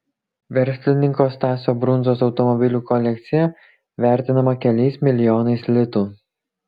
verslininko stasio brundzos automobilių kolekcija vertinama keliais milijonais litų